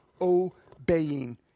obeying